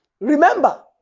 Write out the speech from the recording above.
Remember